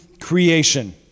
creation